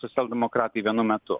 socialdemokratai vienu metu